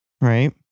Right